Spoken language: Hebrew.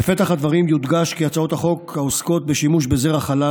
בפתח הדברים יודגש כי הצעות החוק העוסקות בשימוש בזרע חלל